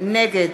נגד